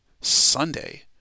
Sunday